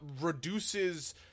reduces